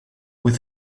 with